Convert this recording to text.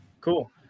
Cool